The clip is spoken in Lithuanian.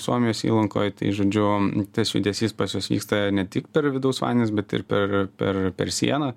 suomijos įlankoj tai žodžiu tas judesys pas juos vyksta ne tik per vidaus vandenis bet ir per per per sieną